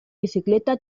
bicicleta